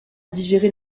digérer